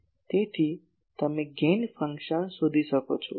તેથી તમે gain function શોધી શકો છો